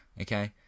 Okay